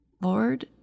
Lord